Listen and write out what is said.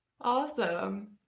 Awesome